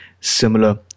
similar